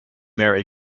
mary